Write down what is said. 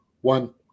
one